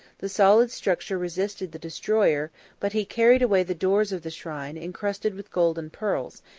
the solid structure resisted the destroyer but he carried away the doors of the shrine incrusted with gold and pearls,